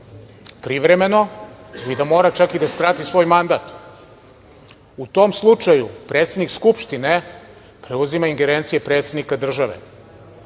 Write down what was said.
privremeno ili da mora čak i da skrati svoj mandat. U tom slučaju predsednik Skupštine preuzima ingerencije predsednika države.